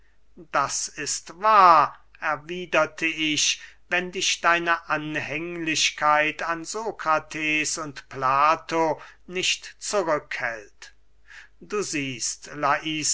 das ist wahr erwiederte ich wenn dich deine anhänglichkeit an sokrates und plato nicht zurück hält du siehst laiska